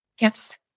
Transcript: Yes